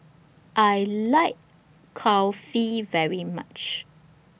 I like Kulfi very much